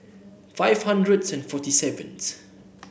five hundred and forty seventh